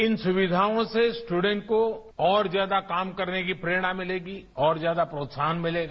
इन सुविधाओं से स्टूडेंस को और ज्यादा काम करने की प्रेरणा मिलेगी और ज्यादा प्रोत्साहन मिलेगा